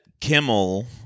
Kimmel